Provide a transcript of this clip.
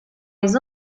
les